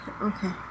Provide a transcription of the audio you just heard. okay